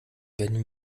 werden